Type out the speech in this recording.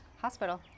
Hospital